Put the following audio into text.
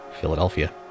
Philadelphia